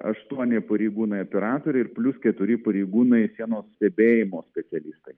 aštuoni pareigūnai operatoriai ir plius keturi pareigūnai sienos stebėjimo specialistai